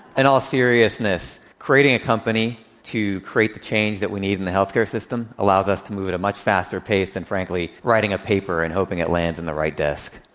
and all seriousness, creating a company to create the change that we need in the health care system allows us to move at a much faster pace than, frankly, writing a paper and hoping it lands on and the right desk.